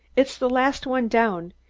it's the last one down.